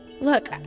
Look